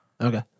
Okay